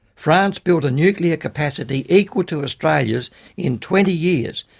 france built a nuclear capacity equal to australia's in twenty years.